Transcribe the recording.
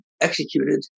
executed